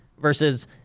Versus